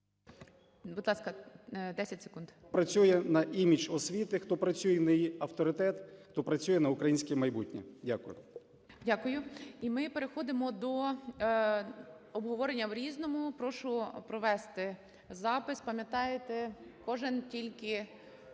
Дякую. І ми переходимо до обговорення в "Різному". Прошу провести запис. Пам'ятаєте, кожен тільки